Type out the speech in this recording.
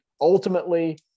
ultimately